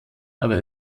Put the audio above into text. aber